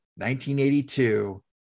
1982